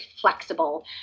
flexible